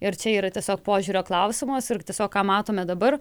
ir čia yra tiesiog požiūrio klausimas ir tiesiog o ką matome dabar